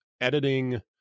editing